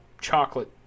chocolate